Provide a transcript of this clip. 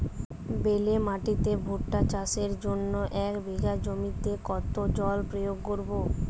বেলে মাটিতে ভুট্টা চাষের জন্য এক বিঘা জমিতে কতো জল প্রয়োগ করব?